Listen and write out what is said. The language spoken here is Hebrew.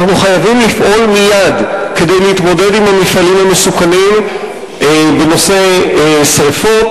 אנחנו חייבים לפעול מייד כדי להתמודד עם המפעלים המסוכנים בנושא שרפות.